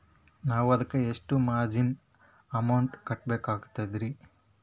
ನಾವು ಅದಕ್ಕ ಎಷ್ಟ ಮಾರ್ಜಿನ ಅಮೌಂಟ್ ಕಟ್ಟಬಕಾಗ್ತದ್ರಿ?